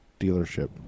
dealership